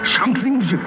Something's